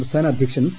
സംസ്ഥാന അധ്യക്ഷൻ പി